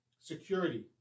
security